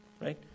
right